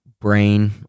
brain